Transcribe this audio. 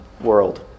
world